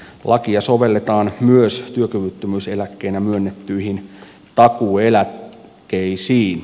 lakia sovelletaan myös työkyvyttömyyseläkkeenä myönnettyihin takuueläkkeisiin